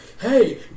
Hey